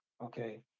okay